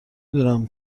دونم